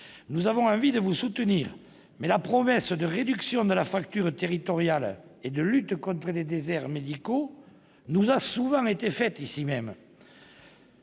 Nous avons envie de vous soutenir sur ces sujets, mais la promesse d'une réduction de la fracture territoriale et d'une lutte contre les déserts médicaux nous a souvent été faite ...